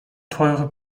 teure